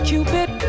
Cupid